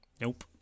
Nope